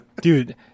Dude